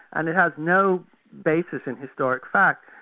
and it has no basis in historic fact.